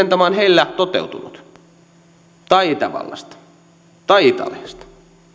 miten tämä on heillä toteutunut tai itävallasta tai italiasta